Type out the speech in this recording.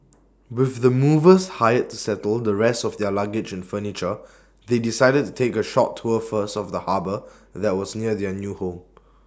with the movers hired to settle the rest of their luggage and furniture they decided to take A short tour first of the harbour that was near their new home